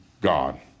God